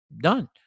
done